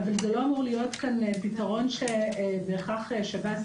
אבל הבנתי שדמון הוא זה שעובר למגידו החדש, לא?